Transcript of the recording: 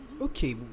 okay